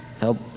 help